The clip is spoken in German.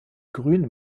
grün